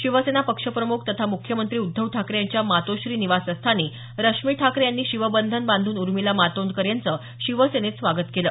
शिवसेना पक्षप्रमुख तथा मुख्यमंत्री उद्धव ठाकरे यांच्या मातोश्री निवासस्थानी रश्मी ठाकरे यांनी शिवबंधन बांधून उर्मिला मातोंडकर यांचं शिवसेनेत स्वागत केलं